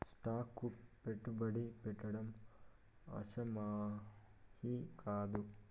stock కు పెట్టుబడి పెట్టడం ఆషామాషీ కాదు